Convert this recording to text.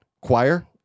Choir